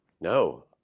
No